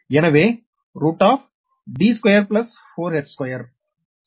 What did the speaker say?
எனவே d24h2 சரி